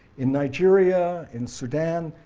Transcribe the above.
in nigeria, in sudan,